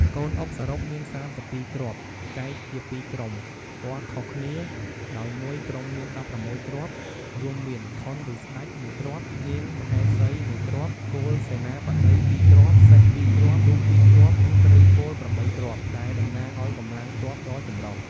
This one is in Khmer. កូនអុកសរុបមាន ៣២ គ្រាប់ ចែកជាពីរក្រុម ពណ៌ខុសគ្នា ដោយមួយក្រុមមាន ១៦ គ្រាប់ រួមមាន ខុនឬស្តេច១គ្រាប់ នាងមហេសី១គ្រាប់ គោលសេនាបតី២គ្រាប់ សេះ២គ្រាប់ ទូក២គ្រាប់ និងត្រីពល៨គ្រាប់ ដែលតំណាងឱ្យកម្លាំងទ័ពដ៏ចម្រុះ។